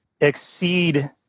exceed